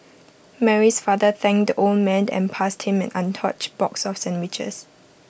Mary's father thanked the old man and passed him an untouched box of sandwiches